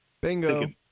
Bingo